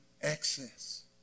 excess